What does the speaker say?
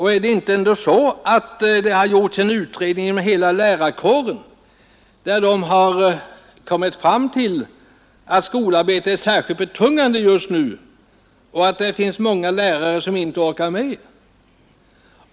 Har det inte gjorts en utredning inom hela lärarkåren, varvid man kommit fram till att skolarbetet är särskilt betungande just nu och att många av lärarna inte orkar med?